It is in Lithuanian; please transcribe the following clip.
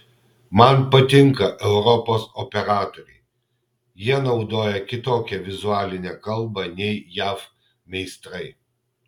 man patinka europos operatoriai jie naudoja kitokią vizualinę kalbą nei jav meistrai